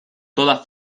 toda